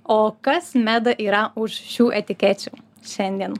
o kas meda yra už šių etikečių šiandien